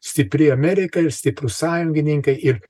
stipri amerika ir stiprūs sąjungininkai ir